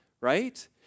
right